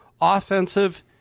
offensive